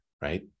right